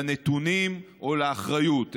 לנתונים או לאחריות,